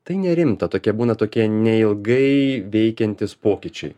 tai nerimta tokie būna tokie neilgai veikiantys pokyčiai